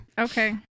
Okay